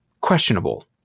questionable